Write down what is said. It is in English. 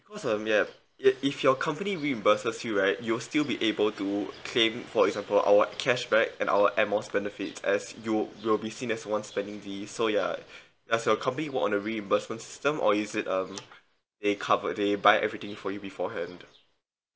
cause of yup i~ if your company reimburses you right you'll still be able to claim for example our cashback and our air miles benefit as you'll you'll be seen as the one spending these so ya does your company walk on a reimbursement system or is it um they cover they buy everything for you beforehand